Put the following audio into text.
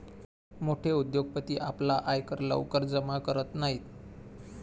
मोठे उद्योगपती आपला आयकर लवकर जमा करत नाहीत